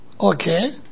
Okay